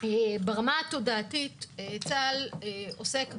ברמה התודעתית צה"ל עוסק בלהגיב,